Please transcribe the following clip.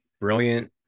brilliant